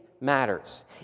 matters